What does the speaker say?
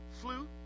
flute